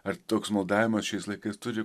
ar toks maldavimas šiais laikais turi